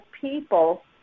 people